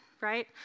right